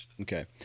Okay